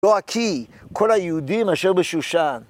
לא הכי, כל היהודים אשר משושן.